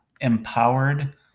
empowered